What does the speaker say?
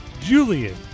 Julian